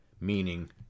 meaning